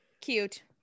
Cute